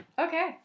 Okay